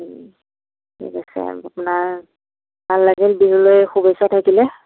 ঠিক আছে আপোনাৰ ভাল লাগিল বিহুলৈ শুভেচ্ছা থাকিলে